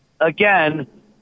again